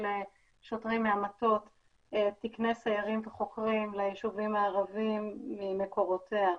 שוטרים מהמטות תקני סיירים וחוקרים ליישובים הערביים ממקורותיה.